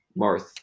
Marth